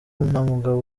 n’umugabo